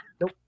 Nope